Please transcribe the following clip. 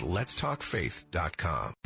Let'sTalkFaith.com